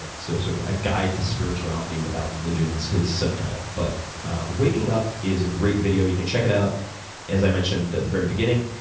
and so sort of a guide to spirituality without religion is his subtitle. but waking-up is a great video, you can check it out as i mentioned at the very beginning,